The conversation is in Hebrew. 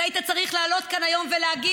אתה היית צריך לעלות כאן היום ולהגיד: